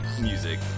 music